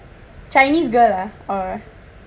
chinese girl ah